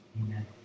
Amen